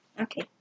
Okay